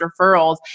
referrals